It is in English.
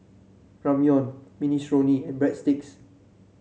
Ramyeon Minestrone and Breadsticks